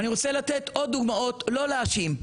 אני רוצה לתת עוד דוגמאות; לא להאשים.